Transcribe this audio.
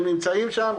הם נמצאים שם,